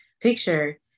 picture